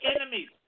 enemies